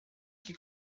que